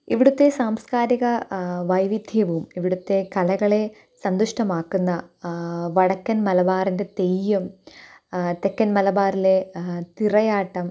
ഇവിടുത്തെ സാംസ്കാരിക വൈവിധ്യവും ഇവിടുത്തെ കലകളെ സന്തുഷ്ടമാക്കുന്ന വടക്കന് മലബാറിന്റെ തെയ്യം തെക്കന് മലബാറിലെ തിറയാട്ടം